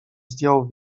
zdjął